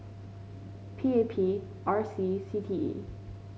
P A P R C C T E